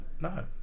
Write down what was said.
No